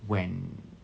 when